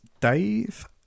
Dave